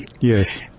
Yes